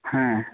ᱦᱮᱸ